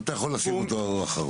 אתה יכול לשים אותו אחרון.